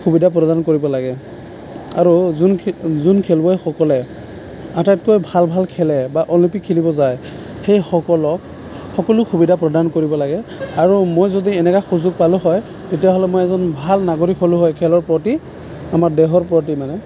সুবিধা প্ৰদান কৰিব লাগে আৰু যোন যোন খেলুৱৈসকলে আটাইতকৈ ভাল ভাল খেলে বা অলিম্পিক খেলিব যায় সেইসকলক সকলো সুবিধা প্ৰদান কৰিব লাগে আৰু মই যদি এনেকুৱা সুযোগ পালোঁ হয় তেতিয়াহ'লে মই এজন ভাল নাগৰিক হ'লোঁ হয় খেলৰ প্ৰতি আমাৰ দেশৰ প্ৰতি মানে